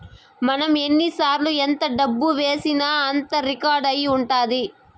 మనం ఎన్నిసార్లు ఎంత డబ్బు వేశామో అంతా రికార్డ్ అయి ఉంటది